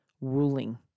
ruling